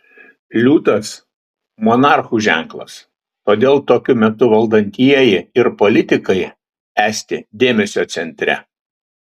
liūtas monarchų ženklas todėl tokiu metu valdantieji ir politikai esti dėmesio centre